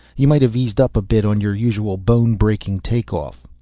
you might have eased up a bit on your usual bone-breaking take-off.